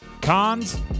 Cons